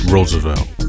Roosevelt